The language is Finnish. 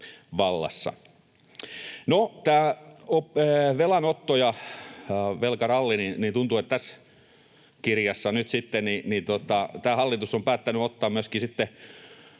tästä velanotosta ja velkarallista: Tuntuu, että tässä kirjassa nyt sitten tämä hallitus on päättänyt ottaa myöskin